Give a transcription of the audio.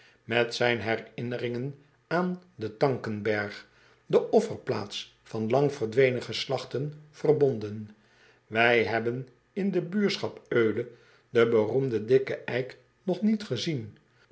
met zijn herinneringen aan den a n k e n b e r g die offerplaats van lang verdwenen geslachten verbonden ij hebben in de buurschap ule den beroemden dikken eik nog niet gezien